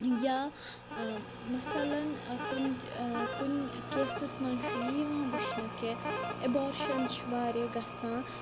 یا مَثلاً کُنہِ کُنہِ کیسَس منٛز چھُ یہِ یِوان وٕچھنہٕ کہِ اٮ۪بارشَنٕز چھِ واریاہ گژھان